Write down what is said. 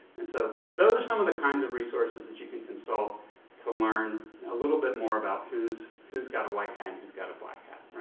and so those are some of the kinds of resources that you consult to learn a little bit more about who's who's got a white hat and who's got a black hat.